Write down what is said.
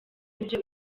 ibyo